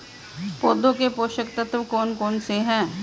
पौधों के पोषक तत्व कौन कौन से हैं?